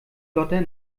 dotter